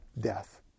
death